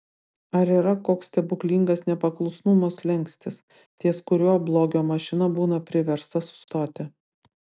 ar yra koks stebuklingas nepaklusnumo slenkstis ties kuriuo blogio mašina būna priversta sustoti